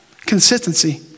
Consistency